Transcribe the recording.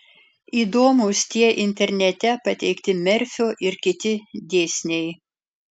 įdomūs tie internete pateikti merfio ir kiti dėsniai